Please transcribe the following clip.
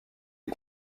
est